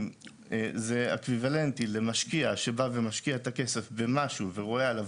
אם זה אקוויוולנטי למשקיע שבא ומשקיע את הכסף במשהו ורואה עליו